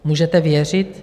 Můžete věřit?